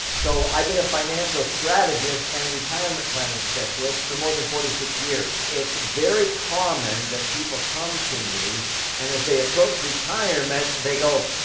so, i've been a financial strategist and retirement planning specialist for more than forty six years. it's very common that people come to me and as they approach retirement they go,